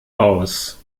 aus